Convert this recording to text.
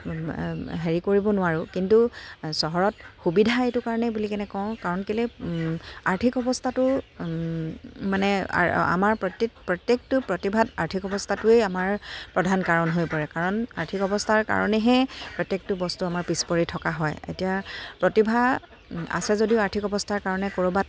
হেৰি কৰিব নোৱাৰোঁ কিন্তু চহৰত সুবিধা এইটো কাৰণেই বুলি কেনে কওঁ কাৰণ কেলৈ আৰ্থিক অৱস্থাটো মানে আমাৰ প্ৰত্যেক প্ৰত্যেকটো প্ৰতিভাত আৰ্থিক অৱস্থাটোৱেই আমাৰ প্ৰধান কাৰণ হৈ পৰে কাৰণ আৰ্থিক অৱস্থাৰ কাৰণেহে প্ৰত্যেকটো বস্তু আমাৰ পিছ পৰি থকা হয় এতিয়া প্ৰতিভা আছে যদিও আৰ্থিক অৱস্থাৰ কাৰণে ক'ৰবাত